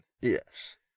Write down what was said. Yes